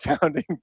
founding